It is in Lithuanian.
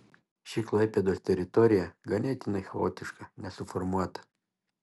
ši klaipėdos teritorija ganėtinai chaotiška nesuformuota